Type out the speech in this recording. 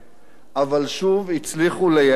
אבל שוב הצליחו לייאש אותנו,